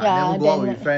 ya then I